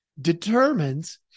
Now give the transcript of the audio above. determines